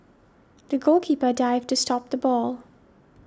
the goalkeeper dived to stop the ball